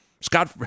Scott